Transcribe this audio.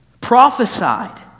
prophesied